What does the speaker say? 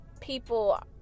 people